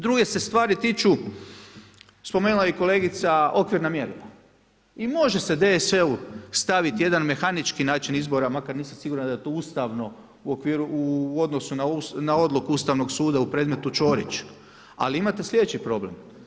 Druge se stvari tiču, spomenula je i kolegica okvirna mjerila i može se DSV-u staviti jedan mehanički način izbora makar nisam siguran da je to ustavno u odnosu na odluku Ustavnog suda u predmetu Ćorić, ali imate sljedeći problem.